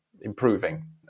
improving